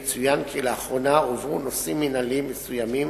יצוין כי לאחרונה הועברו נושאים מינהליים מסוימים